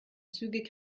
zügig